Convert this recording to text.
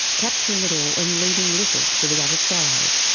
capturing it all and leaving little for the other side.